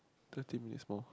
thirteen needs more